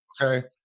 okay